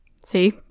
See